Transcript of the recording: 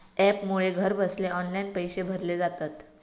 ॲपमुळे घरबसल्या ऑनलाईन पैशे भरले जातत